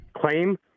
claim